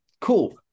Cool